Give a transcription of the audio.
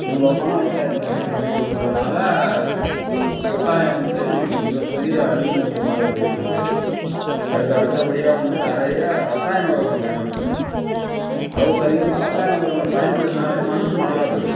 மேம்போக்கான விவசாயத்தை பண்ணிவிட்டு பண்ணிவிட்டு விட்றதுனால விவசாயம் வந்து இன்னைக்கி மிக பெரிய அழிவு நோக்கிய பாதை போய்ட்டிருக்கு அதுக்கு அடுத்தபடியாக வந்து நிறையா ரசாயன உரங்களை பயன்படுத்துறது அளவுக்கு அதிகமாக ரசாயன உரங்கள் பயன்படுத்தினாலே மண் மலடாக போய்டும்